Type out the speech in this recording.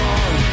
on